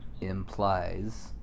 implies